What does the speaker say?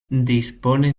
dispone